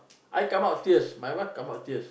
I come out tears my wife come out tears